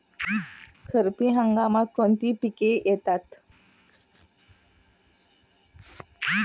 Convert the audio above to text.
खरीप हंगामात कोणती पिके येतात?